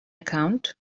account